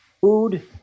food